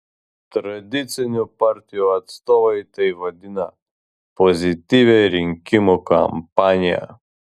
tradicinių partijų atstovai tai vadina pozityvia rinkimų kampanija